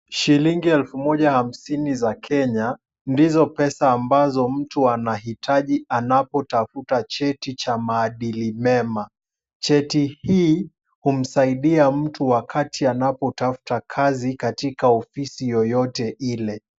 Shillingi elfu moja hamsini za Kenya, ndizo pesa ambazo mtu anahitaji anapotafuta cheti cha maadili mema, cheti hiki humsaidia mtu wakati anapotafuta kazi katika ofisi yoyote ile.